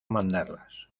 mandarlas